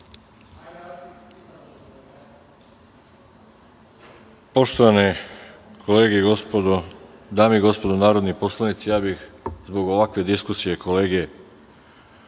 Poštovane kolege, dame i gospodo narodni poslanici, ja bih zbog ovakve diskusije kolege